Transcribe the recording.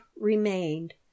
remained